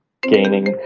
gaining